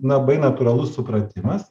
labai natūralus supratimas